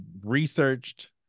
researched